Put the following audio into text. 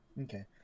okay